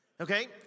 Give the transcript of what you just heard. Okay